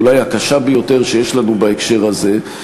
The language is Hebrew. אולי הקשה ביותר שיש לנו בהקשר הזה,